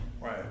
Right